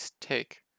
take